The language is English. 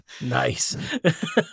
Nice